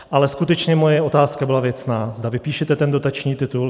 Ale skutečně moje otázka byla věcná: zda vypíšete ten dotační titul.